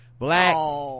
black